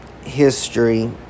history